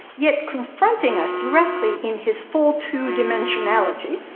yet confronting us directly in his full two-dimensionality,